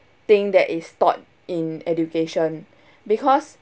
thing that is taught in education because